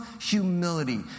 humility